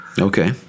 Okay